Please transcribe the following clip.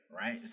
right